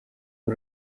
ubu